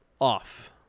off